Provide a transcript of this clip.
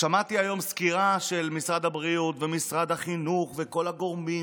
שמעתי היום סקירה של משרד הבריאות ומשרד החינוך וכל הגורמים,